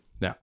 Now